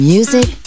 Music